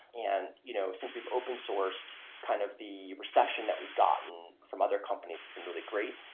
and you know since we've open sourced kind of the recession that we've gotten from other companies, it's been really great.